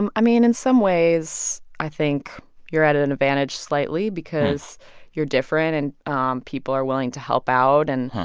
um i mean, in some ways i think you're at an advantage slightly because you're different and um people are willing to help out. and,